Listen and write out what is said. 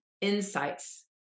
insights